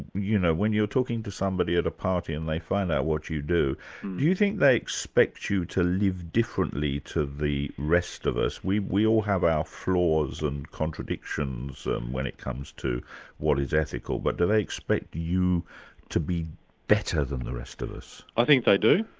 you know, when you're talking to somebody at a party and they find out what you do, do you think they expect you to live differently to the rest of us? we we all have our flaws and contradictions and when it comes to what is ethical, but do they expect you to be better than the rest of us? i think they do.